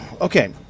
Okay